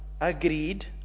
agreed